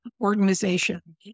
organization